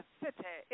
city